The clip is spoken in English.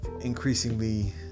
increasingly